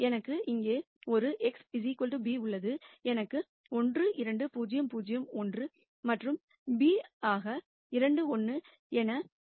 எனக்கு இங்கே ஒரு x b உள்ளது எனக்கு 1 2 3 0 0 1 மற்றும் b ஆக 2 1 என உள்ளது